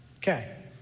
Okay